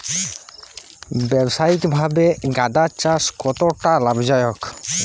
ব্যবসায়িকভাবে গাঁদার চাষ কতটা লাভজনক?